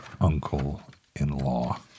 uncle-in-law